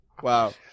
Wow